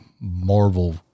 Marvel